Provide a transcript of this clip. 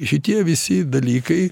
šitie visi dalykai